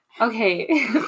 okay